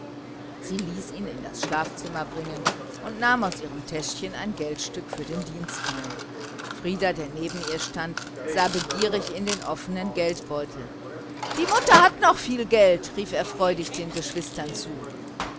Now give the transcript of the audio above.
sie ließ ihn in das schlafzimmer bringen und nahm aus ihrem täschchen ein geldstück für den dienstmann frieder der neben ihr stand sah begierig in den offenen geldbeutel die mutter hat noch viel geld rief er freudig den geschwistern zu